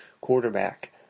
quarterback